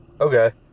okay